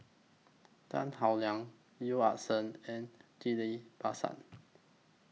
Tan Howe Liang Yeo Ah Seng and Ghillie BaSan